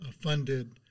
funded